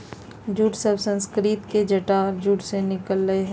jute शब्द संस्कृत के जटा और जूट से निकल लय हें